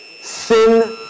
sin